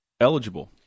eligible